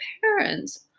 parents